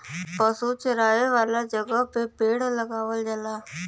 पशु चरावे वाला जगह पे पेड़ लगावल जाला